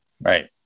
Right